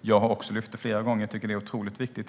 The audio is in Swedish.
Jag har tagit upp det flera gånger; jag tycker att det är otroligt viktigt.